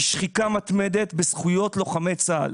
היא שחיקה מתמדת בזכויות לוחמי צה"ל.